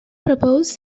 proposed